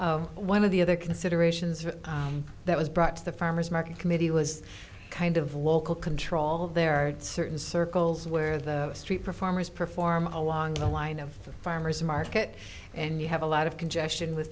place one of the other considerations that was brought to the farmer's market committee was kind of local control there are certain circles where the street performers perform along the line of the farmer's market and you have a lot of congestion with